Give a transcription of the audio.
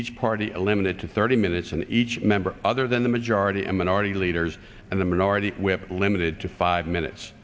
each party eliminate to thirty minutes and each member other than the majority and minority leaders and the minority whip limited to five minutes